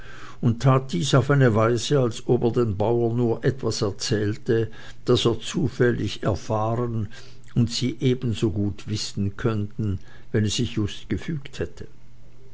und tat dies auf eine weise als ob er den bauern nur etwas erzählte das er zufällig erfahren und sie ebensogut wissen könnten wenn es sich just gefügt hätte